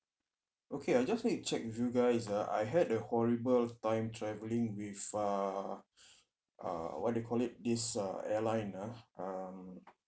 okay I just need to check with you guys ah I had a horrible time travelling with uh uh what they call it this uh airline ah um